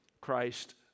Christ